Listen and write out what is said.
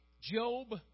Job